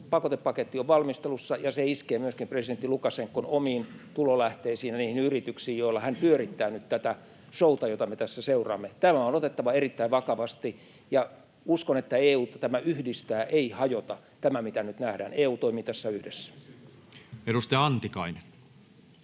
pakotepaketti on valmistelussa, ja se iskee myöskin presidentti Lukašenkan omiin tulolähteisiin ja niihin yrityksiin, joilla hän pyörittää nyt tätä show’ta, jota me tässä seuraamme. Tämä on otettava erittäin vakavasti, ja uskon, että EU:ta tämä yhdistää, ei hajota, tämä mitä nyt nähdään. EU toimii tässä yhdessä. [Perussuomalaisten